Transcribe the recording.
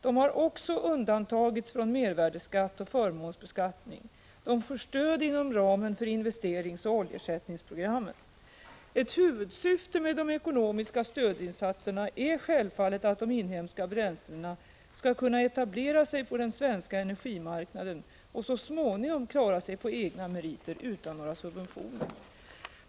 De har också undantagits från mervärdeskatt och förmånsbeskattning. De får stöd inom ramen för investeringsoch oljeersättningsprogrammen. Ett huvudsyfte med de ekonomiska stödinsatserna är självfallet att de inhemska bränslena skall kunna etablera sig på den svenska energimarknaden och så småningom klara sig på egna meriter utan några subventioner.